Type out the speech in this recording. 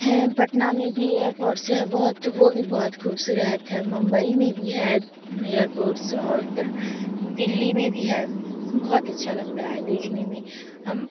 ہیں پٹنہ میں بھی ایئرپورٹس ہے بہت وہ بھی بہت خوبصورت ہے ممبئی میں بھی ہے ایئرپورٹس اور دہلی میں بھی ہے بہت اچھا لگتا ہے دیکھنے میں ہم